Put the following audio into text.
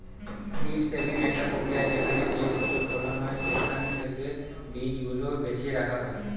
seed saving একটা প্রক্রিয়া যেখানে যেইফসল ফলন হয় সেখান থেকে বীজ গুলা বেছে রাখা হয়